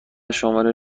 شماره